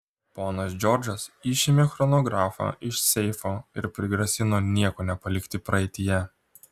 ponas džordžas išėmė chronografą iš seifo ir prigrasino nieko nepalikti praeityje